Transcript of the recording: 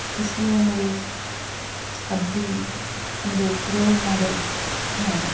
اس لئے وہ میرے اک ادبی میرے ایک رول موڈل ہیں